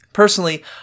Personally